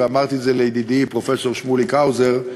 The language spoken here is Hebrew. ואמרתי את זה לידידי פרופסור שמוליק האוזר,